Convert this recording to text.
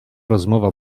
rozmowa